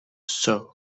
sir